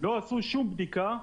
לא עשו שום בדיקה.